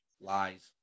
Lies